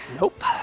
Nope